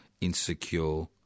insecure